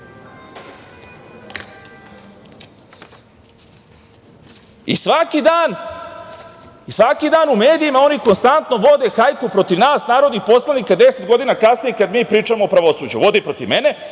formiraju i svaki dan u medijima, oni konstantno vode hajku protiv nas narodnih poslanika 10 godina kasnije kad mi pričamo o pravosuđu, vodi protiv mene,